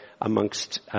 amongst